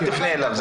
אל תפנה אליו.